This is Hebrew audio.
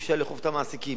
אי-אפשר לאכוף את המעסיקים.